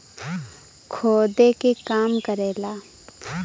खोदे के काम करेला